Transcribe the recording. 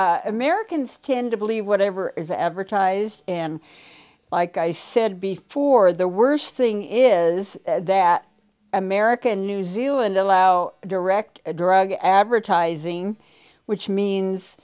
yeah americans tend to believe whatever is ever ties and like i said before the worst thing is that american new zealand allow direct drug advertising which means